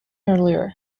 earlier